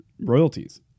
royalties